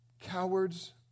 cowards